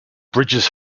bridges